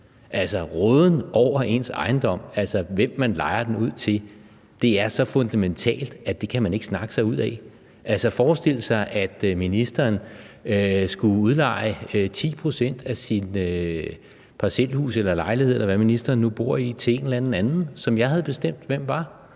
En råden over ens ejendom, altså hvem man lejer den ud til, er så fundamental, at det kan man ikke snakke sig ud af. Kunne man forestille sig, at ministeren skulle udleje 10 pct. af sit parcelhus eller sin lejlighed, eller hvad ministeren nu bor i, til en eller anden anden, som jeg havde bestemt hvem var,